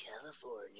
California